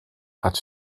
gaat